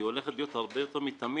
הולכת להיות הרבה יותר מתמיד.